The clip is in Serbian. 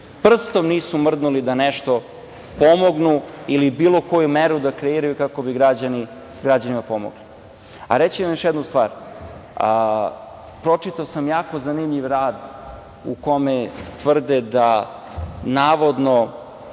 prstom nisu mrdnuli da nešto pomognu ili bilo koju meru da kreiraju kako bi građanima pomogli. Reći ću vam još jednu stvar. Pročitao sam jako zanimljiv rad u kome tvrde da navodno